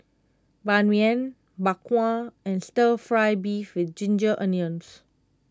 Ban Mian Bak Kwa and Stir Fry Beef with Ginger Onions